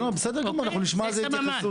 בסדר גמור אנחנו נשמע את ההתייחסות,